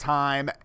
time